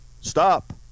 stop